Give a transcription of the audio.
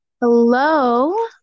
Hello